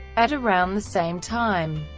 at around the same time,